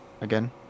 again